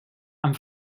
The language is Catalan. amb